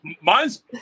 mine's